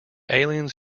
aliens